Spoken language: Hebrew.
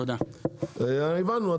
הבנו,